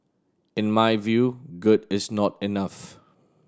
in my view good is not enough